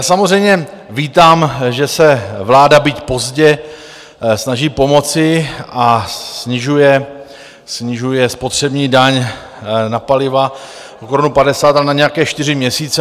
Samozřejmě vítám, že se vláda, byť pozdě, snaží pomoci a snižuje spotřební daň na paliva o korunu padesát, ale na nějaké čtyři měsíce.